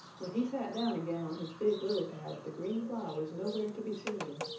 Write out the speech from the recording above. when he sat down again on his big lily pad the green fly was nowhere to be seen.